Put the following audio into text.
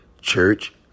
church